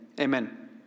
Amen